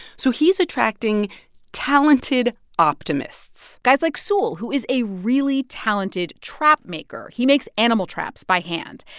so he's attracting talented optimists guys like sewell, who is a really talented trap-maker he makes animal traps by hand.